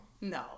No